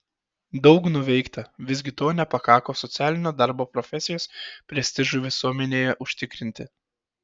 daug nuveikta visgi to nepakako socialinio darbo profesijos prestižui visuomenėje užtikrinti